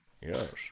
Yes